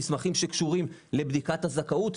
מסמכים שקשורים לבדיקת הזכאות,